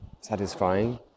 satisfying